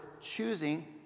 choosing